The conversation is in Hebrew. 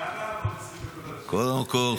קודם כול,